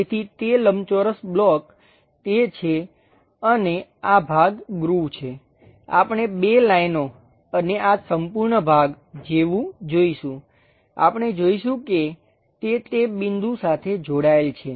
તેથી તે લંબચોરસ બ્લોક તે છે અને આ ભાગ ગ્રુવ છે આપણે બે લાઈનો અને આ સંપૂર્ણ ભાગ જેવું જોઈશું આપણે જોઈશું કે તે તે બિંદુ સાથે જોડાયેલ છે